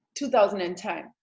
2010